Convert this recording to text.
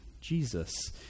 Jesus